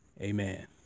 Amen